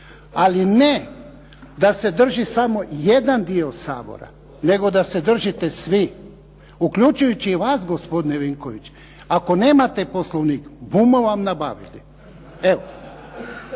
ali ne da se drži samo jedan dio Sabora, nego da se držite svi, uključujući i vas gospodine Vinković. Ako nemate Poslovnik, budemo vam nabavili. Evo.